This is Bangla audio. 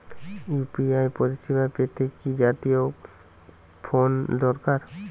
ইউ.পি.আই পরিসেবা পেতে কি জাতীয় ফোন দরকার?